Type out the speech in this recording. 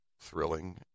thrilling